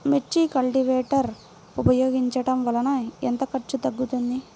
మిర్చి కల్టీవేటర్ ఉపయోగించటం వలన ఎంత ఖర్చు తగ్గుతుంది?